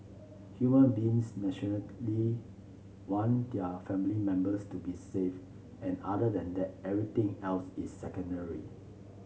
human beings naturally want their family members to be safe and other than that everything else is secondary